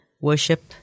worship